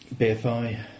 BFI